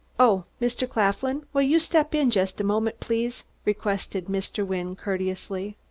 oh, mr. claflin, will you step in just a moment, please? requested mr. wynne courteously.